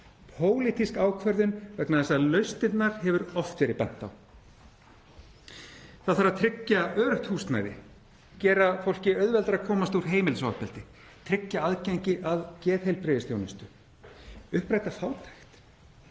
pólitísk ákvörðun vegna þess að á lausnirnar hefur oft verið bent. Það þarf að tryggja öruggt húsnæði, gera fólki auðveldara að komast úr heimilisofbeldi, tryggja aðgengi að geðheilbrigðisþjónustu, uppræta fátækt.